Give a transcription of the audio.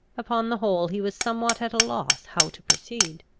upon the whole, he was somewhat at a loss how to proceed.